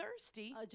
thirsty